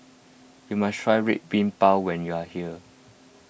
you must try Red Bean Bao when you are here